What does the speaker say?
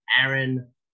Aaron